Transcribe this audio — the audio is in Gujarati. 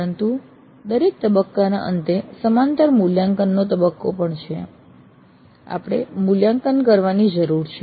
પરંતુ દરેક તબક્કાના અંતે સમાંતર મૂલ્યાંકનનો તબક્કો પણ છે આપણે મૂલ્યાંકન કરવાની જરૂર છે